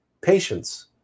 Patience